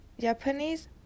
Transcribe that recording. Japanese